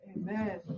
Amen